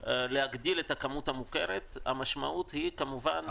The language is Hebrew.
להגדיל את הכמות המוכרת המשמעות היא, כמובן,